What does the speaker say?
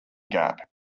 gap